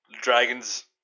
Dragons –